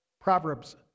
proverbs